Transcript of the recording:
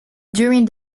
during